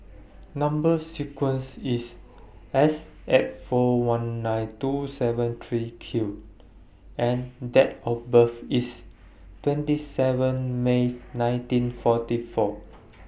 Number sequence IS S eight four one nine two seven three Q and Date of birth IS twenty seven May nineteen forty four